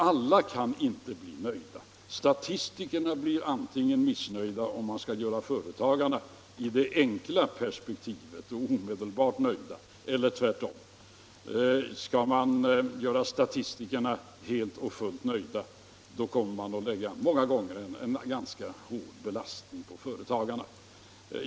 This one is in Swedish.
Alla kan alltså inte bli nöjda. Statistikerna blir missnöjda, om man gör företagarna nöjda i det enkla och omedelbara perspektivet. Och tvärtom: Skulle man göra statistikerna helt och fullt nöjda, kommer man många gånger att lägga en ganska hård belastning på företagarna.